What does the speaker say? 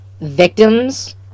victims